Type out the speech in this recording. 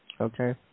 Okay